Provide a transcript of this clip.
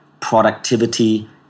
productivity